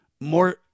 more